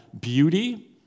beauty